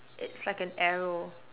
it's like an arrow